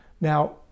Now